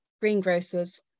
greengrocer's